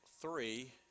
three